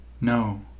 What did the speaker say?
No